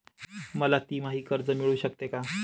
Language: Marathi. मला तिमाही कर्ज मिळू शकते का?